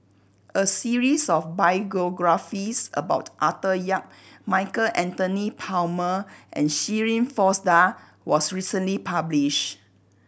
a series of biographies about Arthur Yap Michael Anthony Palmer and Shirin Fozdar was recently published